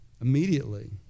Immediately